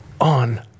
on